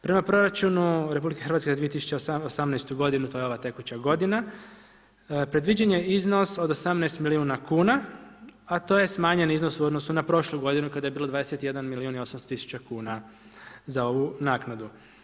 Prema proračunu RH za 2018. godinu, to je ova tekuća godina, predviđen je iznos od 18 milijuna kuna, a to je smanjen iznos u odnosu na prošlu godinu kada je bilo 21 milijun i 800 000 kuna za ovu naknadu.